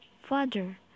father